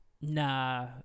Nah